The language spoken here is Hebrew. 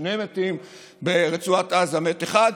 שני מתים וברצועת עזה, מת אחד.